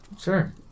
Sure